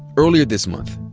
earlier this month,